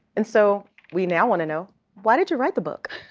and so we now want to know why did you write the book?